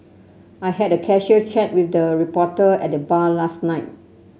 I had a casual chat with the reporter at the bar last night